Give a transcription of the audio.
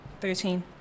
Thirteen